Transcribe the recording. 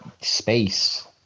space